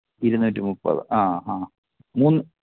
ഇരുന്നൂറ്റി മുപ്പത് ആ ഹാ മൂന്ന്